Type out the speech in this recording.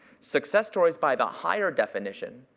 success stories by the higher definition,